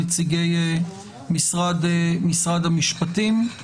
נציגי משרד המשפטים,